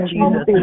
Jesus